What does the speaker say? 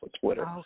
Twitter